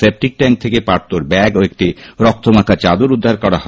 septic tank থেকে পার্থর bag ও একটি রক্তমাখা চাদর উদ্ধার হয়